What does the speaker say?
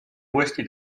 uuesti